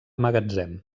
magatzem